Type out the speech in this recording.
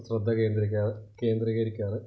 ശ്രദ്ധ കേന്ദ്രികരിക്കാറുള്ളത് കേന്ദ്രീകരിക്കാറുള്ളത്